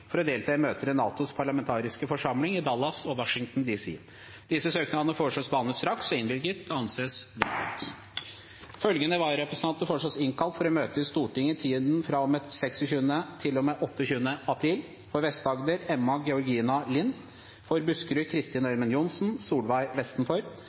for å delta i møter i NATOs parlamentariske forsamling i Dallas og Washington Etter forslag fra presidenten ble enstemmig besluttet: Søknadene behandles straks og innvilges. Følgende vararepresentanter innkalles for å møte i Stortinget i tiden fra og med 26. til og med 28. april: For Vest-Agder: Emma Georgina Lind For Buskerud: Kristin